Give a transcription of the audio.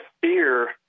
fear